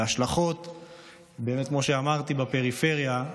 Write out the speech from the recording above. וכפי שאמרתי, ההשלכות של הפריפריה,